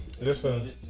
Listen